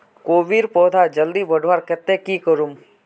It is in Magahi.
कोबीर पौधा जल्दी बढ़वार केते की करूम?